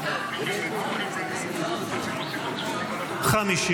הסתייגות 554 לא נתקבלה.